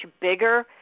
bigger